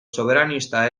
soberanista